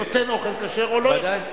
--- אם נותן אוכל כשר או לא --- ודאי.